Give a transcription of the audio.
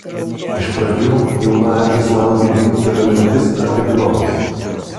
iš pradžių jaunajam islandui dingtelėjo mintis apie gnomus